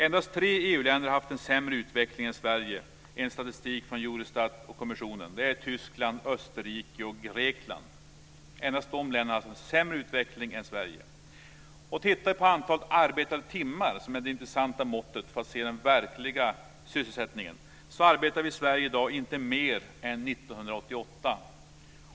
Endast tre EU-länder har haft en sämre utveckling än Sverige, enligt statistik från Eurostat och EU-kommissionen, och det är Tyskland, Österrike och Grekland. Endast dessa länder har alltså haft en sämre utveckling än Sverige. När det gäller antalet arbetade timmar, som är det intressanta måttet för att få reda på den verkliga sysselsättningen, arbetar vi Sverige i dag inte mer än vi gjorde 1988.